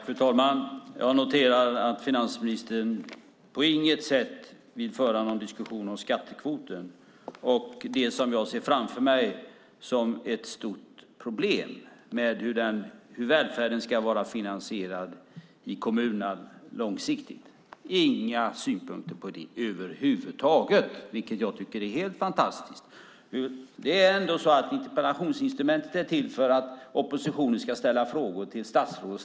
Fru talman! Jag noterar att finansministern på inget sätt vill föra en diskussion om skattekvoten och det jag ser framför mig som ett stort problem med hur välfärden ska vara finansierad i kommunerna långsiktigt. Han har inga synpunkter på detta över huvud taget, vilket jag tycker är helt fantastiskt. Det är ändå så att interpellationsinstrumentet är till för att oppositionen ska få ställa frågor till statsrådet.